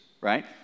right